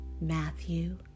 Matthew